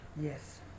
Yes